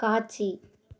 காட்சி